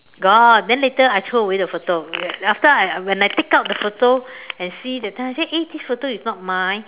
got then later I throw away the photo after I I when I take out the photo and see the time I say eh this photo is not mine